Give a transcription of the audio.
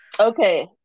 Okay